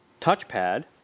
touchpad